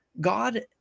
God